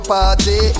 Party